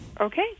Okay